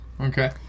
Okay